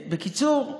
בקיצור,